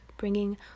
bringing